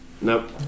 Nope